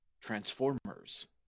Transformers